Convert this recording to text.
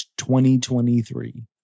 2023